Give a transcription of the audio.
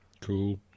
Cool